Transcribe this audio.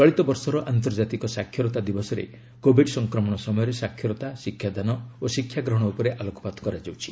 ଚଳିତ ବର୍ଷର ଆନ୍ତର୍ଜାତିକ ସାକ୍ଷରତା ଦିବସରେ କୋବିଡ୍ ସଂକ୍ରମଣ ସମୟରେ ସାକ୍ଷରତା ଶିକ୍ଷାଦାନ ଓ ଶିକ୍ଷା ଗ୍ରହଣ ଉପରେ ଆଲୋକପାତ କରାଯାଇଛି